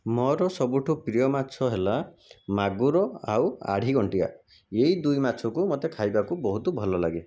ମୋର ସବୁଠୁ ପ୍ରିୟ ମାଛ ହେଲା ମାଗୁର ଆଉ ଆଢ଼ିଘଣ୍ଟିଆ ଏଇ ଦୁଇ ମାଛକୁ ମୋତେ ଖାଇବାକୁ ବହୁତ ଭଲ ଲାଗେ